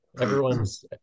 everyone's